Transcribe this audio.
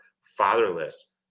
fatherless